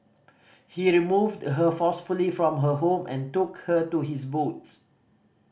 he removed her forcefully from her home and took her to his boats